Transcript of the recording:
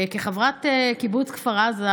כחברת קיבוץ כפר עזה,